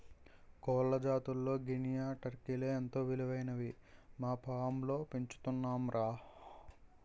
కోళ్ల జాతుల్లో గినియా, టర్కీలే ఎంతో విలువైనవని మా ఫాంలో పెంచుతున్నాంరా